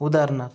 उदाहरणार्थ